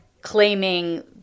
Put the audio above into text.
claiming